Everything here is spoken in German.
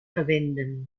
verwenden